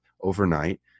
overnight